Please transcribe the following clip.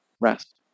rest